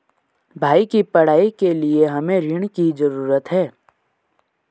भाई की पढ़ाई के लिए हमे ऋण की जरूरत है